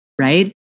right